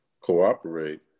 cooperate